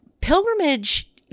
Pilgrimage